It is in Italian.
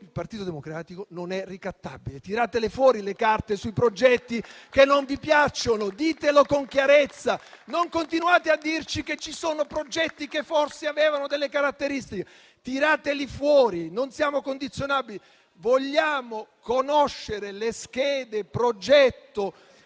il Partito Democratico, non siamo ricattabili. Tiratele fuori le carte sui progetti che non vi piacciono. Ditelo con chiarezza, non continuate a dirci che ci sono progetti che forse avevano delle caratteristiche. Tirateli fuori, non siamo condizionabili, vogliamo conoscere le schede progetto